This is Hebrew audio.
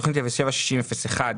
תוכנית 076001